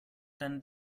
deiner